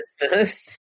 business